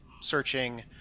searching